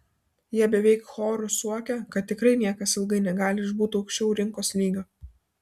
jie beveik choru suokia kad tikrai niekas ilgai negali išbūti aukščiau rinkos lygio